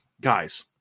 guys